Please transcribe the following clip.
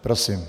Prosím.